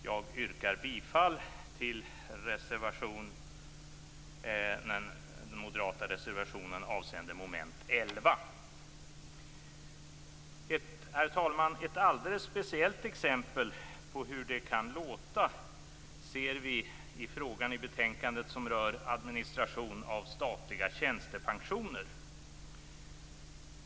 Jag yrkar bifall till den moderata reservationen avseende mom. 11. Herr talman! Ett alldeles speciellt exempel på hur det kan låta ser vi i frågan i betänkandet som rör administration av statliga tjänstepensioner.